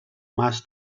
mas